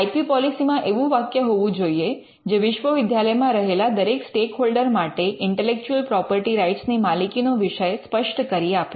I P policy માં એવું વાક્ય હોવું જોઈએ જે વિશ્વવિદ્યાલયમાં રહેલા દરેક સ્ટેકહોલ્ડર માટે ઇન્ટેલેક્ચુઅલ પ્રોપર્ટી રાઇટ્સ ની માલિકી નો વિષય સ્પષ્ટ કરી આપે